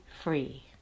free